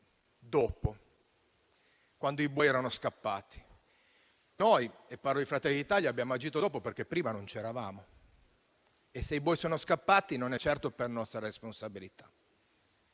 dopo, quando i buoi erano scappati. Noi, e parlo di Fratelli d'Italia, abbiamo agito dopo perché prima non c'eravamo e, se i buoi sono scappati, non è certo per nostra responsabilità.